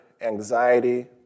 anxiety